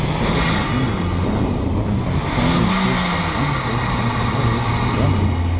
i put my finger in my mouth and by standing first on one foot and then the other, and grunting,